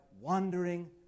wandering